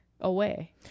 away